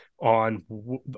on